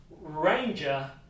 Ranger